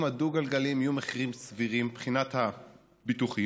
הדו-גלגליים יהיו מחירים סבירים מבחינת הביטוחים.